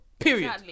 Period